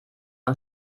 und